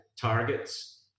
targets